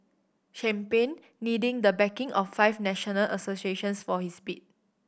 champagne needing the backing of five national associations for his bid